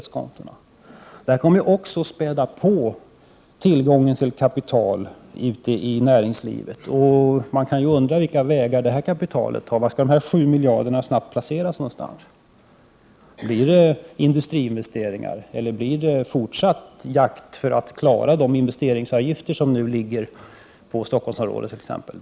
Dessa pengar kommer ju också att späda på tillgången på kapital ute i näringslivet. Och man kan undra vilka vägar det här kapitalet skall ta. Var skall dessa 7 miljarder kronor snabbt placeras? Blir det industriinvesteringar, eller blir det fortsatt jakt för att klara de investeringsavgifter som skall gälla i t.ex. Stockholmsområdet?